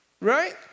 Right